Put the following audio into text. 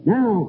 Now